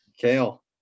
kale